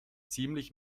ziemlich